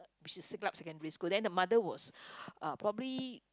which is siglap secondary school then the mother was uh probably